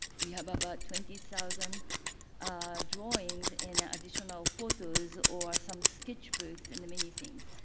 we have about twenty thousand drawings in additional photos or some sketch books and many things.